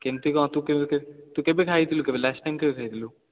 କେମିତି କ'ଣ ତୁ କେବେ ତୁ କେବେ ଖାଇଥିଲୁ କେବେ ଲାଷ୍ଟ୍ ଟାଇମ୍ କେବେ ଖାଇଥିଲୁ